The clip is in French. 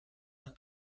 des